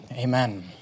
Amen